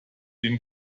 den